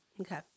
Okay